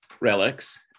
relics